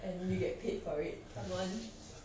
and we get paid for it come on